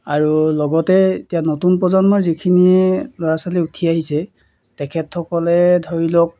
আৰু লগতে এতিয়া নতুন প্ৰজন্মৰ যিখিনিয়ে ল'ৰা ছোৱালী উঠি আহিছে তেখেতসকলে ধৰি লওক